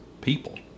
people